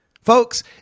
Folks